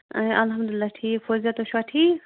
اَے الحمدُاللہ ٹھیٖک فوزِیا تُہۍ چھِوا ٹھیٖک